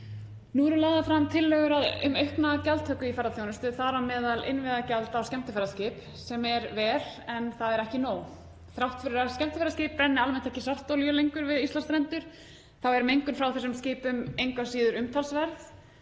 Nú eru lagðar fram tillögur um aukna gjaldtöku í ferðaþjónustu, þar á meðal innviðagjald á skemmtiferðaskip, sem er vel en það er ekki nóg. Þrátt fyrir að skemmtiferðaskip brenni almennt ekki svartolíu lengur við Íslandsstrendur er mengun frá þessum skipum engu að síður umtalsverð.